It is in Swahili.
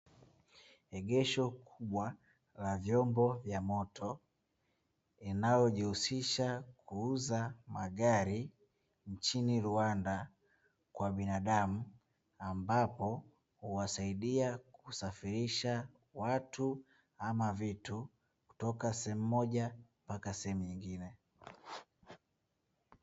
Egesho kubwa la vyombo vya moto, linayojihusisha kuuza magari nchini Rwanda kwa binadamu. Ambapo, huwasaidia kusafirisha watu ama vitu kutoka sehemu moja mpaka sehemu nyingine.